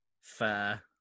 Fair